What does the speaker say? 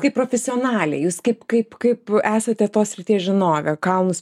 kaip profesionalė jūs kaip kaip kaip esate tos srities žinovė kalnus